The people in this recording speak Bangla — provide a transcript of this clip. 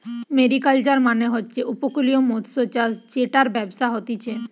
মেরিকালচার মানে হচ্ছে উপকূলীয় মৎস্যচাষ জেটার ব্যবসা হতিছে